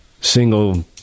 single